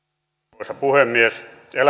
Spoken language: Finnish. arvoisa puhemies